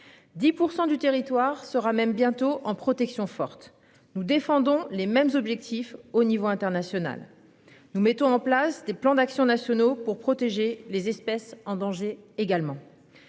10% du territoire sera même bientôt en protection forte nous défendons les mêmes objectifs au niveau international. Nous mettons en place des plans d'action nationaux pour protéger les espèces en danger également.